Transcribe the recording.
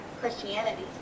Christianity